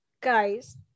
Guys